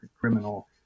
criminal